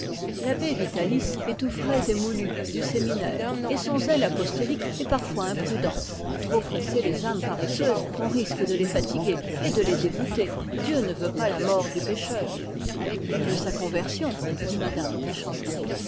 parfois imprudent à trop presser les âmes paresseuses on risque de les fatiguer et de les dégoûter dieu ne veut pas la mort du pécheur mais il veut sa conversion dit mme de